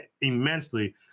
immensely